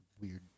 weird